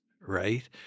right